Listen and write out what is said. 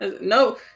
No